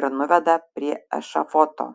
ir nuveda prie ešafoto